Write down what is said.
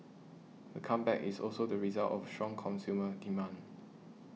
the comeback is also the result of strong consumer demand